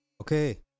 Okay